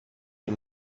for